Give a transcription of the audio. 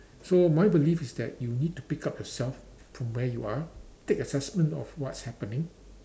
so my belief is that you need to pick up yourself from where you are take assessment of what's happening